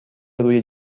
روی